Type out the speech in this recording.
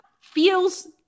feels